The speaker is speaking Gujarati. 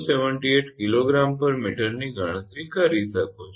078 𝐾𝑔 𝑚 ની ગણતરી કરી શકો છો